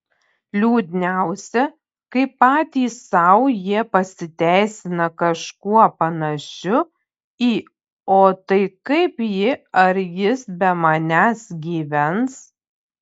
liūdniausia kai patys sau jie pasiteisina kažkuo panašiu į o tai kaip ji ar jis be manęs gyvens